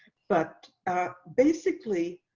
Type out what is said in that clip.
but basically,